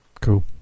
Cool